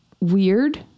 weird